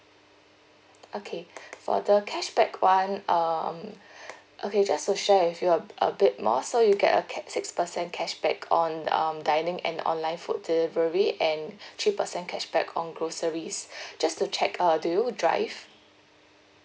okay for the cashback one um okay just to share with you a a bit more so you get a cash six percent cashback on um dining and online food delivery and three percent cashback on groceries just to check uh do you drive